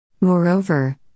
Moreover